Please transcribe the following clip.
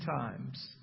times